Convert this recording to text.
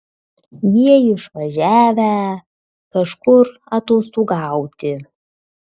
jie išvažiavę kažkur atostogauti